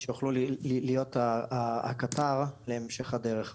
שיוכלו להיות הקטר להמשך הדרך הזו.